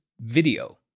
video